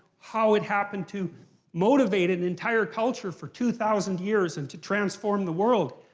how it happened to motivate an entire culture for two thousand years, and to transform the world.